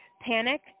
panic